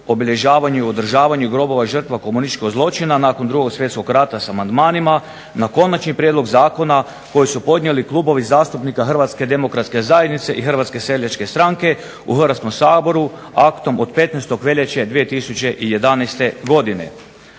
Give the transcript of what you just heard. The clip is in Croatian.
obilježavanju i održavanju grobova i žrtava komunističkog zločina nakon 2. svjetskog rata sa amandmanima na konačni prijedlog zakona koji su podnijeli Klubovi zastupnika HDZ-a i HSS-a u Hrvatskom saboru aktom od 15. veljače 2011. godine.